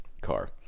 car